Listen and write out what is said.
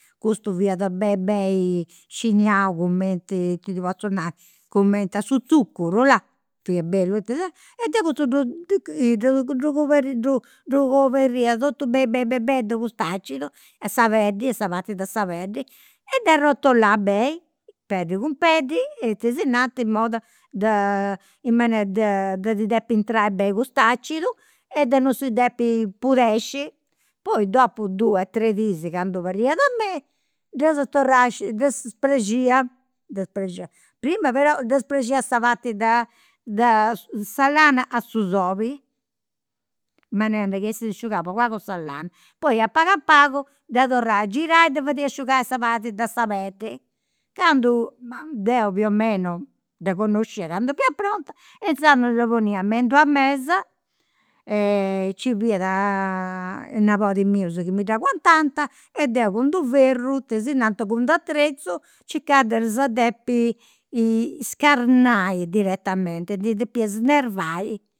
Custu fiat beni beni sciniau cumenti, ita ti potzu nai, cumenti a su tzuccuru, fiat bellu tesinanta, e deu cuddu ddu ddu coberria totu beni beni beni beni de cust'acidu a sa peddi a sa parti de sa peddi e dd'arrotolà beni, peddi cun peddi, tesinanta in modo, in manera de de ddi depi intrai beni cust'acidu e de non si depi pudexi. Poi dopu dus tres dìs candu parriat a mei, ddas torrà sciacuai ddas spraxia, ddas spraxia, prima però ddas a sa parti da da sa lana a su soli, in manera chi essi asciugau pagu pagu sa lana, poi a pagu a pagu dda torrà a girai, dda fadia asciugai sa parti de sa. Candu ma, deu più o meno dda connoscia candu fia pronta e inzandus dda ponia me in d'una mesa e ci fiant nebodis mius ca mi dd'aguantant e deu cun d'u' ferru tesinanta, cun d'u' atrezu circà de ddas depi scarnai dittamente, dda depia snervai